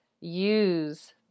use